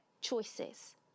choices